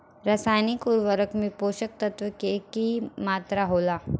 रसायनिक उर्वरक में पोषक तत्व के की मात्रा होला?